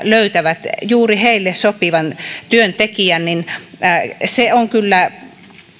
löytävät juuri heille sopivan työntekijän niin se on kyllä